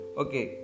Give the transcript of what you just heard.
okay